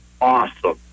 awesome